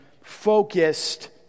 focused